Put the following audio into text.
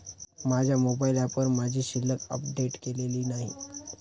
माझ्या मोबाइल ऍपवर माझी शिल्लक अपडेट केलेली नाही